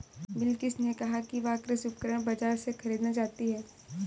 बिलकिश ने कहा कि वह कृषि उपकरण बाजार से खरीदना चाहती है